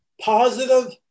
Positive